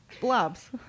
Blobs